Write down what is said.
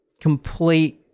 complete